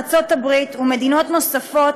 ארצות הברית ומדינות נוספות,